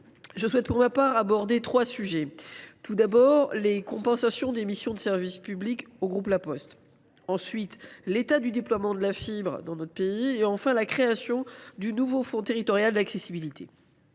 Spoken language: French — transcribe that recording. je souhaite pour ma part aborder trois sujets : les compensations des missions de service public au groupe La Poste ; l’état du déploiement de la fibre optique ; la création du nouveau fonds territorial d’accessibilité.